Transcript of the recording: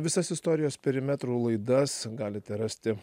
visas istorijos perimetrų laidas galite rasti